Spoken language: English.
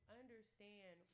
understand